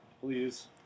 please